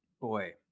boy